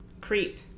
Creep